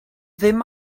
ddim